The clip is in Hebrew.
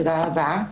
תודה רבה.